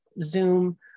Zoom